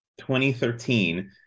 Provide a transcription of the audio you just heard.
2013